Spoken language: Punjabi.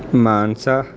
ਮਾਨਸਾ